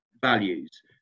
values